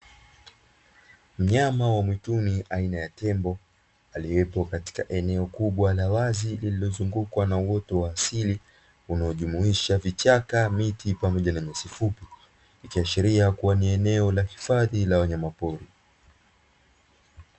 Mnyama wa mwituni aina ya tembo aliyepo katika eneo kubwa la wazi lililozungukwa na uoto wa asili unaojumuisha vichaka, miti pamoja na nyasi fupi kuashiria kuwa ni eneo la hifadhi ya wanyama pori.